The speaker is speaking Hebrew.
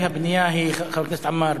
חבר הכנסת עמאר,